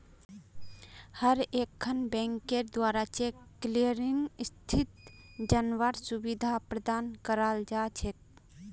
हर एकखन बैंकेर द्वारा चेक क्लियरिंग स्थिति जनवार सुविधा प्रदान कराल जा छेक